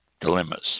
dilemmas